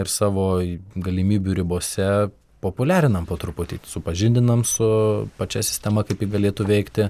ir savo galimybių ribose populiarinam po truputį supažindinam su pačia sistema kaip ji galėtų veikti